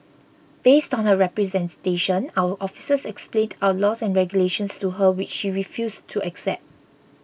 based on her representation our officers explained our laws and regulations to her which she refused to accept